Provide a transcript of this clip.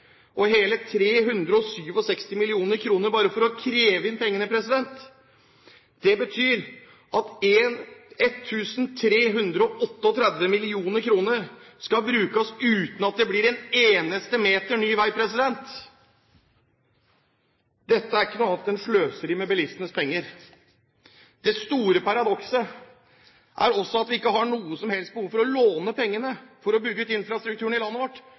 og hele 367 mill. kr bare for å kreve inn pengene. Det betyr at 1 338 mill. kr skal brukes uten at det blir én eneste meter ny vei. Dette er ikke noe annet enn sløseri med bilistenes penger. Det store paradokset er også at vi ikke har noe som helst behov for å låne pengene for å bygge ut infrastrukturen i landet vårt,